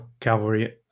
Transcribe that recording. cavalry